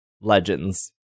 Legends